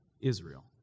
Israel